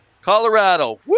Colorado